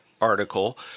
article